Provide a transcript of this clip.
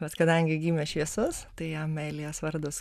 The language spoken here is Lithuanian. bet kadangi gimė šviesus tai jam elijos vardas